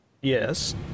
Yes